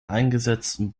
eingesetzten